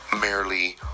merely